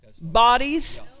bodies